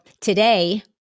today